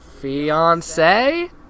fiance